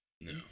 No